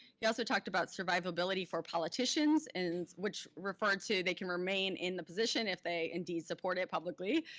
he also talked about survivability for politicians, and which referred to they can remain in the position if they indeed support it publicly,